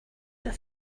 have